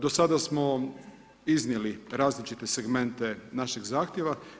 Do sada smo iznijeli različite segmente našeg zahtjeva.